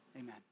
Amen